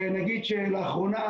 ונגיד שלאחרונה